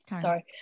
sorry